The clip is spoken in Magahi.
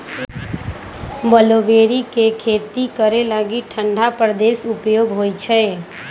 ब्लूबेरी के खेती करे लागी ठण्डा प्रदेश उपयुक्त होइ छै